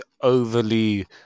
overly